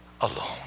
alone